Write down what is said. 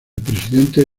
presidente